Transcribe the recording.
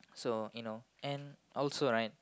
so you know and also right